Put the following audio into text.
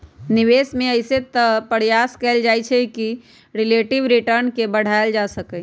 निवेश में अइसे तऽ प्रयास कएल जाइ छइ कि रिलेटिव रिटर्न के बढ़ायल जा सकइ